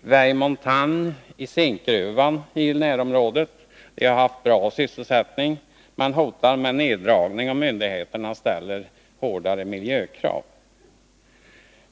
Vieille-Montagne i Zinkgruvan, i närområdet, har haft bra med sysselsättning men hotar med neddragningar om myndigheterna ställer hårdare miljökrav.